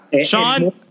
Sean